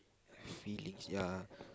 feelings ya